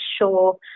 sure